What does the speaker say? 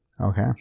Okay